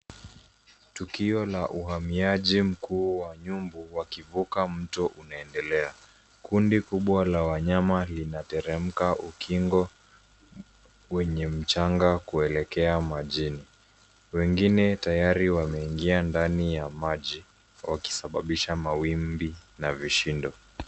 Tukio la uhamiaji mkuu wa nyumbu wakivuka mto unaendelea. Kundi kubwa la wanyama linateremka ukingo wenye mchanga kuelekea majini. Wengine tayari wameingia ndani ya maji wakisababisha mawimbi na vishindo.